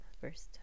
first